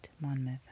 Monmouth